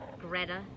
Greta